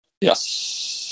Yes